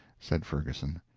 said ferguson.